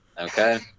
Okay